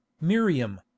Miriam